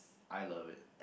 I love it